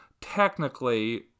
technically